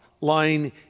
lying